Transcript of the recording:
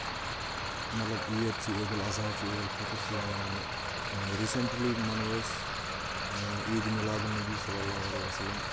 مطلب عیٖد چھِ عیٖدالاضحی چھِ عیٖدالفِطر چھِ یِوان مَناونہٕ ریٖسَنٛٹلی منٲو أسۍ عیٖدِ مِلادُن نبی صلی اللہ علیہِ وسلم